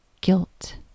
guilt